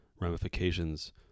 ramifications